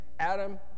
Adam